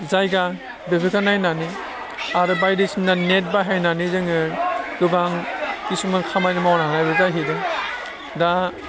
जायगा बेफोरखौ नायनानै आरो बायदिसिना नेट बाहायनानै जोङो गोबां खिसुमान खामानि मावनो हानायबो जाहैबाय दा